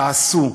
תעשו.